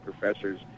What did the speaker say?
professors